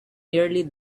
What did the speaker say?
nearly